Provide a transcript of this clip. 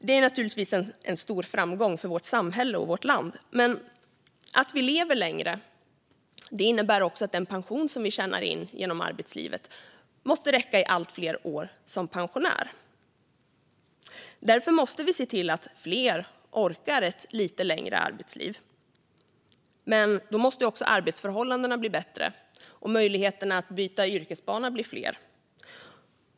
Det är naturligtvis en stor framgång för vårt samhälle och vårt land, men att vi lever längre innebär också att den pension vi tjänar in genom arbetslivet måste räcka i allt fler år som pensionär. Därför måste vi se till att fler orkar ett lite längre arbetsliv. Då måste arbetsförhållandena bli bättre och möjligheterna att byta yrkesbana bli fler.